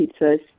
pizzas